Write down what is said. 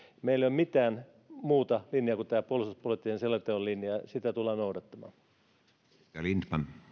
meillä ei ole mitään muuta linjaa kuin tämä puolustuspoliittisen selonteon linja ja sitä tullaan noudattamaan